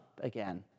again